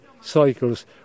cycles